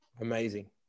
Amazing